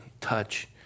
touch